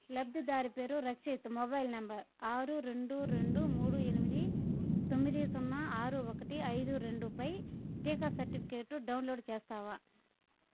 లబ్ధిదారు పేరు Rakshith mobile number ఆరు రెండు రెండు మూడు ఎనిమిది తొమ్మిది సున్నా ఆరు ఒకటి ఐదు రెండుపై టీకా సర్టిఫికేట్ డౌన్లోడ్ చేస్తావా